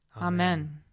Amen